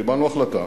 קיבלנו החלטה,